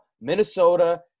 Minnesota